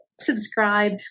subscribe